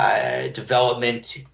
Development